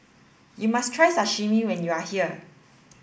you must try Sashimi when you are here